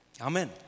Amen